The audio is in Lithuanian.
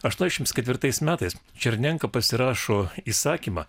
aštuoniasdešimt ketvirtais metais černenka pasirašo įsakymą